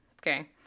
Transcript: okay